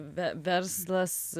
ve verslas